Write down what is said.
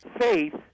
faith